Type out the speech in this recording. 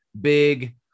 big